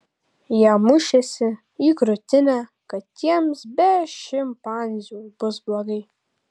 jie mušėsi į krūtinę kad jiems be šimpanzių bus blogai